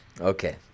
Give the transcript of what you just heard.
Okay